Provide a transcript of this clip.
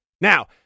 now